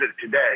today